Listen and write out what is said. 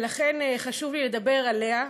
ולכן חשוב לי לדבר עליה,